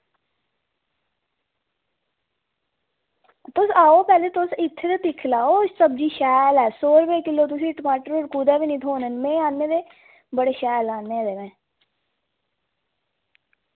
तुस आओ पैह्ले तुस इत्थे ते दिक्खी लैओ सब्जी शैल ऐ सौ रपेऽ किल्लो तुसेंगी टमाटर होर कुतै बी नि थोह्ने न में आह्नने दे बड़े शैल आह्नने दे में